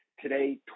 Today